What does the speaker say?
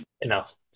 Enough